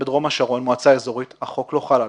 בדרום השרון, מועצה אזורית, החוק לא חל עליה.